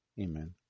Amen